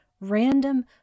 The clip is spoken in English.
random